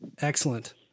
Excellent